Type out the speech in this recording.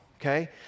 okay